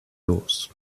los